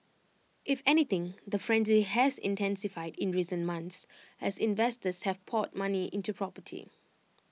if anything the frenzy has intensified in recent months as investors have poured money into property